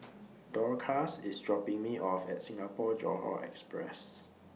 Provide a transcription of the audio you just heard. Dorcas IS dropping Me off At Singapore Johore Express